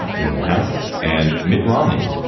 in the house. and mitt romney,